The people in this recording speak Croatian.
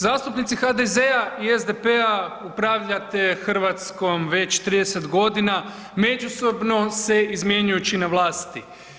Zastupnici HDZ-a i SDP-a upravljate Hrvatskom već 30 godina, međusobno se izmjenjujući na vlasti.